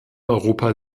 europa